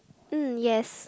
mm yes